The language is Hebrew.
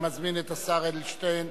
אני מזמין את השר יולי אדלשטיין